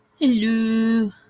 Hello